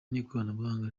ry’ikoranabuhanga